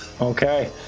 Okay